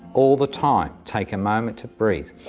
all the time, take a moment to breathe,